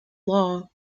law